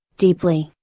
deeply,